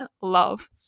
love